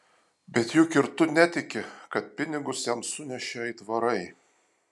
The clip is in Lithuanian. bet juk ir tu netiki kad pinigus jam sunešė aitvarai